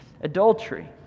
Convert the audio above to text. adultery